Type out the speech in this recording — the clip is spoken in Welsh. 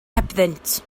hebddynt